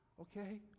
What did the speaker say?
Okay